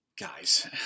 guys